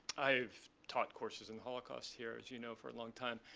i have taught courses in the holocaust here, as you know, for a long time.